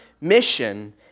mission